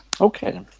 Okay